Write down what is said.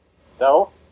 Stealth